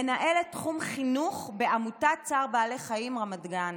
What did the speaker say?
מנהלת תחום חינוך בעמותת צער בעלי חיים רמת גן,